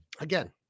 again